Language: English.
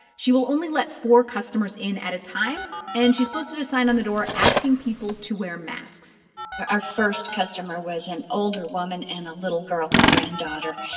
she will only let four customers in at a time, and she's posted a sign on the door asking people to wear masks our first customer was an older woman and a little girl, her granddaughter,